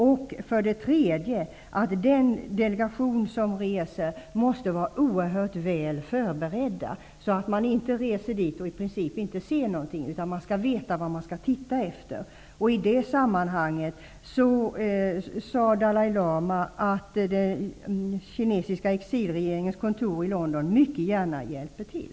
Den tredje synpunkten var att den delegation som reser måste vara oerhört väl förberedd så att den inte reser dit och i princip inte ser någonting. Man skall veta vad man skall titta efter. I det sammanhanget sade Dalai lama att den kinesiska exilregeringens kontor i London mycket gärna hjälper till.